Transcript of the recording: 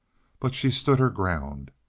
but she stood her ground.